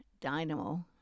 Dynamo